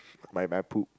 my my poop